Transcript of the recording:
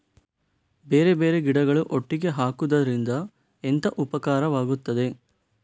ಬೇರೆ ಬೇರೆ ಗಿಡಗಳು ಒಟ್ಟಿಗೆ ಹಾಕುದರಿಂದ ಎಂತ ಉಪಕಾರವಾಗುತ್ತದೆ?